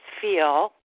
feel